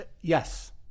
yes